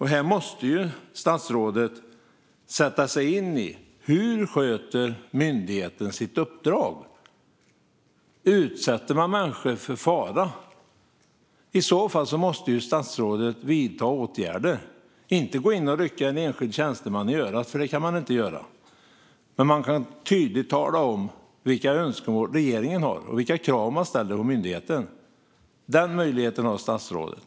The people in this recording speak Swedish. Här måste statsrådet sätta sig in i frågan: Hur sköter myndigheten sitt uppdrag? Utsätter man människor för fara? I så fall måste statsrådet vidta åtgärder. Det handlar inte om att gå in och rycka en enskild tjänsteman i örat. Det kan man inte göra. Men man kan tydligt tala om vilka önskemål som regeringen har och vilka krav man ställer på myndigheten. Den möjligheten har statsrådet.